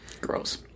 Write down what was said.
Gross